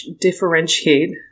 differentiate